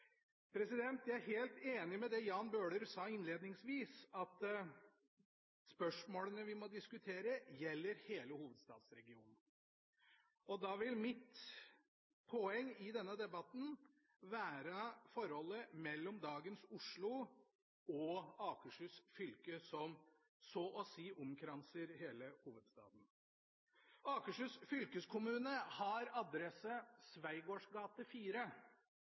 Jeg er helt enig i det Jan Bøhler sa innledningsvis om at spørsmålene vi må diskutere, gjelder hele hovedstadsregionen. Da vil mitt poeng i denne debatten være forholdet mellom dagens Oslo og Akershus fylke, som så å si omkranser hele hovedstaden. Akershus fylkeskommune har adresse